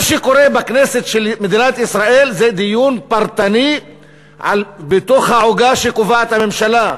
מה שקורה בכנסת של מדינת ישראל זה דיון פרטני בתוך העוגה שקובעת הממשלה.